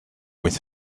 with